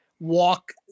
walk